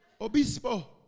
Obispo